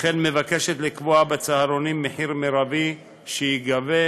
וכן לקבוע בצהרונים מחיר מרבי שייגבה,